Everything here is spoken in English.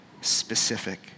specific